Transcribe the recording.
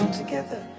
together